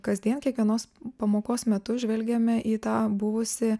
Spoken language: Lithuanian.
kasdien kiekvienos pamokos metu žvelgėme į tą buvusį